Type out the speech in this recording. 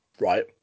Right